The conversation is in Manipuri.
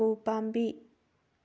ꯎ ꯄꯥꯝꯕꯤ